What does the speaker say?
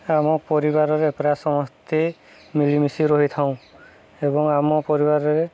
ଆମ ପରିବାରରେ ପରା ସମସ୍ତେ ମିଳିମିଶି ରହିଥାଉ ଏବଂ ଆମ ପରିବାରରେ